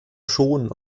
schonen